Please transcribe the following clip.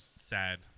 sad